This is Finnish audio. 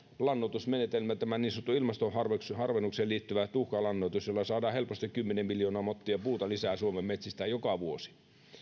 lannoitusmenetelmä tämä niin sanottu ilmastoon harvennukseen harvennukseen liittyvä tuhkalannoitus jolla saadaan helposti kymmenen miljoonaa mottia puuta lisää suomen metsistä joka vuosi